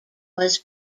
was